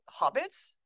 hobbits